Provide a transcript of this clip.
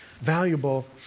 valuable